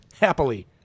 happily